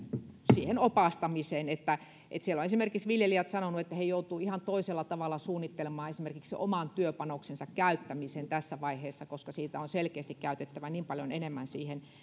opastamiseen siellä ovat viljelijät sanoneet esimerkiksi että he joutuvat ihan toisella tavalla suunnittelemaan esimerkiksi oman työpanoksensa käyttämisen tässä vaiheessa koska siitä on selkeästi käytettävä niin paljon enemmän